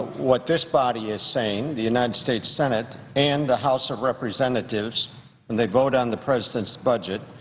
what this body is saying, the united states senate, and the house of representatives when they vote on the president's budget,